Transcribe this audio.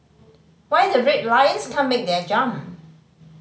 why the Red Lions can't make their jump